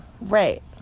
Right